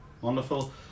Wonderful